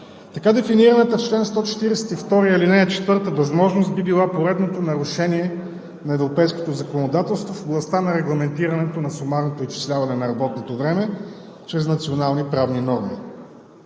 Така дефинираната в чл. 142, ал. 4 възможност би била поредното нарушение на европейското законодателство в областта на регламентирането на сумарното изчисляване на работното време чрез национални правни норми.